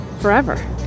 forever